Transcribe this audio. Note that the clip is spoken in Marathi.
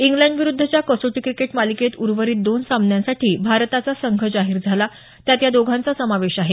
इंग्लंडविरुद्धच्या कसोटी क्रिकेट मालिकेत उर्वरित दोन सामन्यांसाठी भारताचा संघ जाहीर झाला त्यात या दोघांचा समावेश आहे